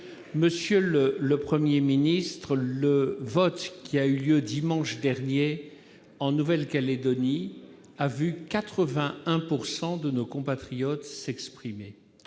Monsieur le Premier ministre, le vote qui a eu lieu dimanche dernier en Nouvelle-Calédonie a vu s'exprimer 81 % de nos compatriotes résidant